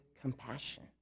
compassion